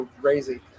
crazy